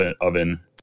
oven